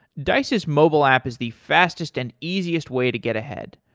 dice's mobile app is the fastest and easiest way to get ahead.